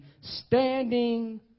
standing